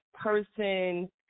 person